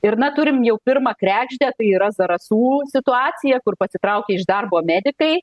ir na turim jau pirmą kregždę tai yra zarasų situacija kur pasitraukė iš darbo medikai